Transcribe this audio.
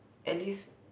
at least